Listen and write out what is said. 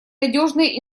надежные